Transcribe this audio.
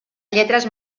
lletres